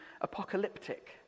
apocalyptic